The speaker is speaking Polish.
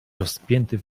rozpięty